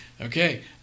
Okay